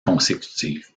consécutive